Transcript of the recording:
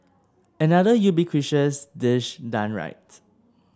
another ubiquitous dish done right